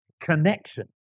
Connection